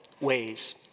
ways